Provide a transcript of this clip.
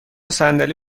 صندلی